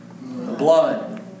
Blood